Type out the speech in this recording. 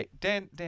Dan